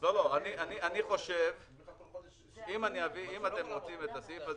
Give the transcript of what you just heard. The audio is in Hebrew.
--- אם אתם רוצים את הסעיף הזה,